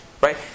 right